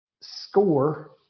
score